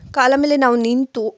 ಕಾಲ ಮೇಲೆ ನಾವು ನಿಂತು